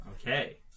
Okay